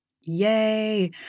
Yay